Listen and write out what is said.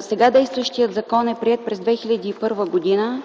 Сега действащият закон е приет през 2001 г.